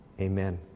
amen